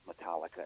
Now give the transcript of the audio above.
Metallica